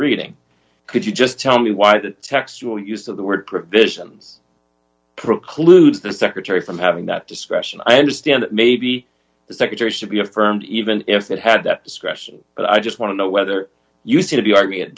reading could you just tell me why the textual use of the word provisions precludes the secretary from having that discretion i understand that maybe the secretary should be affirmed even if it had that discretion but i just want to know whether you seem to be ar